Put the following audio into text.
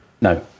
No